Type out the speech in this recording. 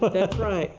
but that's right?